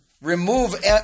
remove